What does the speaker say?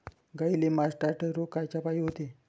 गाईले मासटायटय रोग कायच्यापाई होते?